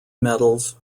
metals